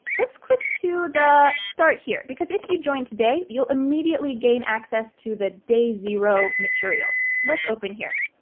let's click to the start here, because if you join today you'll immediately gain access to the day zero material. let's open here.